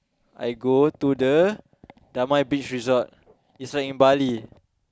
I go to the Damai beach resort it's like in Bali